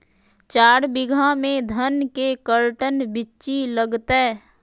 चार बीघा में धन के कर्टन बिच्ची लगतै?